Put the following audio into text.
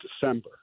December